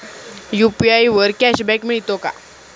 UPI वर cashback मिळतो का?